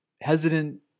hesitant